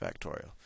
factorial